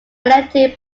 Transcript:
elected